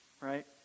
right